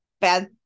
bad